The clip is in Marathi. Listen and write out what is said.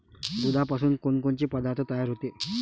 दुधापासून कोनकोनचे पदार्थ तयार होते?